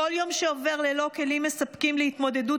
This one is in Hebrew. כל יום שעובר ללא כלים מספקים להתמודדות